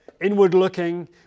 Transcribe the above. inward-looking